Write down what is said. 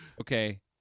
Okay